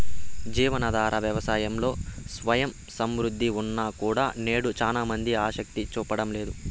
జీవనాధార వ్యవసాయంలో స్వయం సమృద్ధి ఉన్నా కూడా నేడు చానా మంది ఆసక్తి చూపడం లేదు